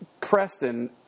Preston